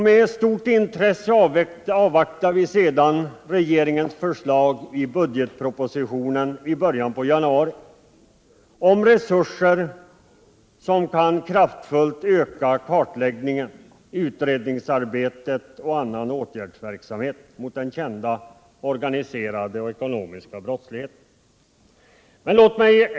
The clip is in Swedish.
Med stort intresse avvaktar vi regeringens förslag i budgetpropositionen i början av januari beträffande resurser som kraftfullt kan bidra till att förbättra kartläggningen, utredningsarbetet och annan åtgärdsverksamhet mot den kända organiserade och ekonomiska brottsligheten. Herr talman!